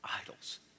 Idols